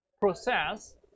process